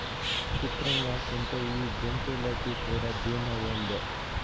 సిత్రంగాకుంటే ఈ జంతులకీ కూడా బీమా ఏందో